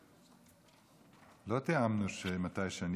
לא תיאמנו שמתי שאני